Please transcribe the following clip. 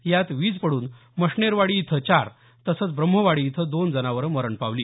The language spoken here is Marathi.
यात वीज पड्रन मष्णेखाडी इथं चार तसंच ब्रह्मवाडी इथं दोन जनावरं मरण पावली